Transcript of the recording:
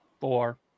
four